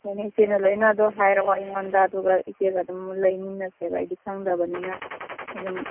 ꯐꯅꯤ ꯏꯆꯦꯅ ꯂꯣꯏꯅ ꯑꯗꯣ ꯍꯥꯏꯔꯛꯑꯣ ꯑꯩꯉꯣꯟꯗ ꯑꯗꯨꯒ ꯏꯆꯦꯒ ꯑꯗꯨꯝ ꯂꯩꯃꯤꯟꯅꯁꯦꯕ ꯑꯩꯗꯤ ꯈꯪꯗꯕꯅꯤꯅ ꯑꯗꯨꯝ